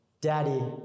Daddy